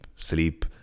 Sleep